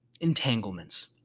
Entanglements